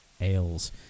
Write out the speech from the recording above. ales